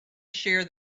shear